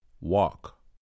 Walk